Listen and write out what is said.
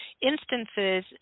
instances